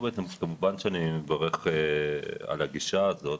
כמובן אני מברך על הגישה הזאת.